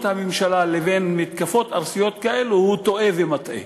הממשלה לבין מתקפות ארסיות כאלה הוא טועה ומטעה.